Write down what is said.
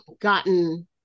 gotten